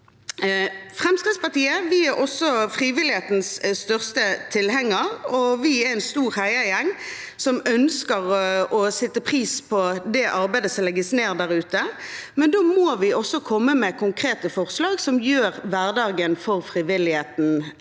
Fremskrittspartiet er også frivillighetens største tilhenger. Vi er en stor heiagjeng som ønsker å sette pris på det arbeidet som legges ned der ute, men da må vi også komme med konkrete forslag som gjør hverdagen for frivilligheten enklere.